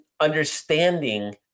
understanding